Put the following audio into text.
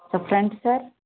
front sir